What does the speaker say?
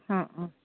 हां हां